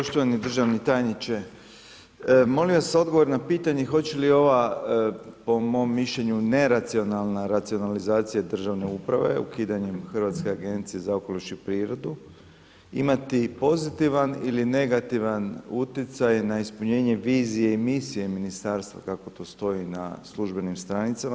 Poštovani državni tajniče, molim vas odgovor na pitanje hoće li ova, po mom mišljenju, neracionalna racionalizacija državne uprave, ukidanjem Hrvatske agencije za okoliš i prirodu, imati pozitivan ili negativan utjecaj na ispunjenje vizije i misije Ministarstva, kako to stoji na službenim stranicama.